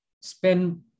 spend